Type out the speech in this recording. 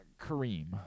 Kareem